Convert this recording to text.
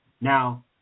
Now